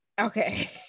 Okay